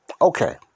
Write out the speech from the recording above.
Okay